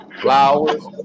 Flowers